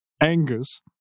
Angus